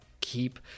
keep